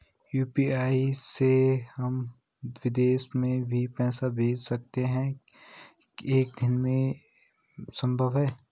UPI से हम विदेश में भी पैसे भेज सकते हैं एक ही दिन में संभव है?